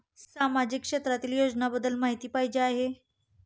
सामाजिक क्षेत्रातील योजनाबद्दल माहिती पाहिजे आहे?